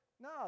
no